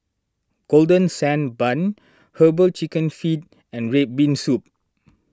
Golden Sand Bun Herbal Chicken Feet and Red Bean Soup